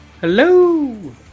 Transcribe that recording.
Hello